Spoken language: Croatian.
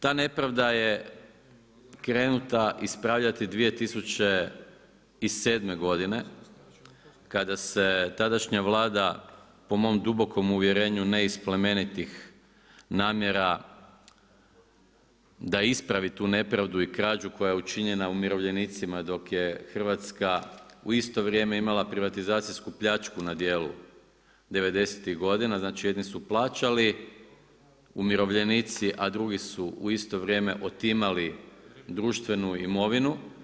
Ta nepravda je krenula ispravljati 2007. godine, kada se tadašnja Vlada po mom dubokom uvjerenju ne iz plemenitih namjera da ispravi tu nepravdu i krađu koja je učinjena umirovljenicima dok je Hrvatska u isto vrijeme imala privatizacijsku plaću na dijelu 90' godina, znači jedni su plaćali, umirovljenici a drugi su u isto vrijeme otimali društvenu imovinu.